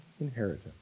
inheritance